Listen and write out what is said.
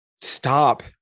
stop